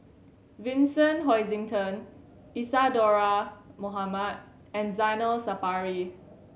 Vincent Hoisington Isadhora Mohamed and Zainal Sapari